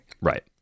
Right